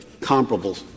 comparable